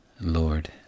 Lord